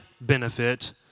benefit